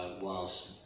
Whilst